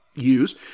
use